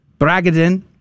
Bragadin